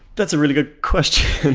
that's a really good question.